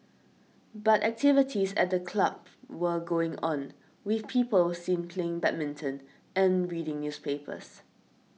but activities at the club were going on with people seen playing badminton and reading newspapers